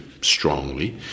strongly